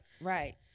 right